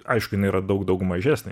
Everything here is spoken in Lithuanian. aišku jinai yra daug daug mažesnė